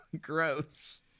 Gross